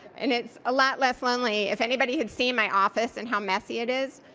and it's a lot less lonely. if anybody had seen my office and how messy it is,